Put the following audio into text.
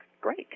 great